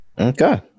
Okay